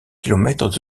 kilomètres